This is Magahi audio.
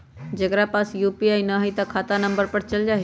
जेकरा पास यू.पी.आई न है त खाता नं पर चल जाह ई?